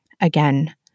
Again